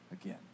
again